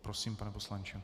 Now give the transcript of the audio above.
Prosím, pane poslanče.